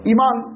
Iman